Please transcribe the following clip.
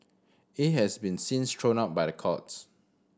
he has been since thrown out by the courts